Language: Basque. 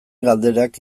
galderak